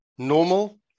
Normal